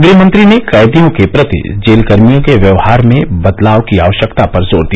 गृहमंत्री ने कैदियों के प्रति जेलकर्मियों के व्यवहार में भी बदलाव की आवश्यकता पर जोर दिया